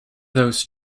those